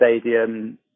stadium